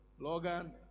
Logan